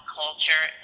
culture